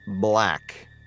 Black